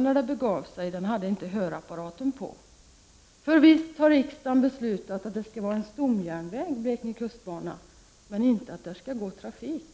när det begav sig, den hade inte hörrapparaten på? För visst har riksdagen beslutat att Blekinge kustbana skall vara en stomjärnväg, men inte att där skall gå trafik!